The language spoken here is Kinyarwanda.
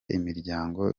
imiryango